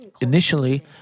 Initially